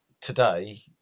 today